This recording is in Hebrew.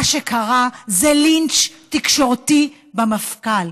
מה שקרה זה לינץ' תקשורתי במפכ"ל,